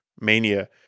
mania